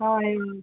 हय